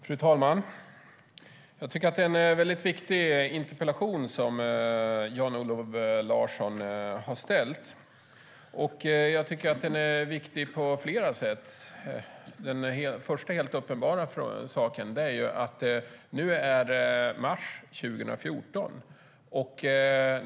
Fru talman! Jag tycker att det är en väldigt viktig interpellation som Jan-Olof Larsson har ställt. Jag tycker att den är viktig på flera sätt. Det första, helt uppenbara, är att det nu är mars 2014.